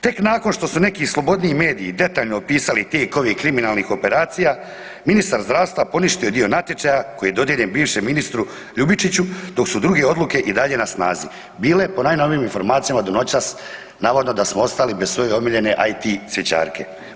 Tek nakon što su neki slobodniji mediji detaljno opisali tijek ovih kriminalnih operacija, ministar zdravstva poništio je dio natječaja koji je dodijeljen bivšem ministru Ljubičiću, dok su druge odluke i dalje na snazi bile po najnovijim informacijama, do noćas, navodno da smo ostali bez svoje omiljene IT cvjećarke.